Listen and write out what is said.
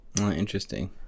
interesting